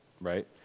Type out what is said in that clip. right